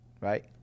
right